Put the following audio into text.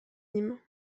nîmes